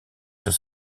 sur